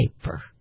paper